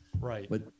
Right